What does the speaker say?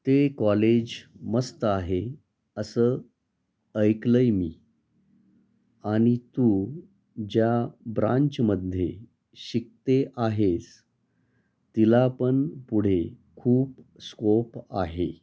ते कॉलेज मस्त आहे असं ऐकलं आहे मी आणि तू ज्या ब्रांचमध्ये शिकते आहेस तिला पण पुढे खूप स्कोप आहे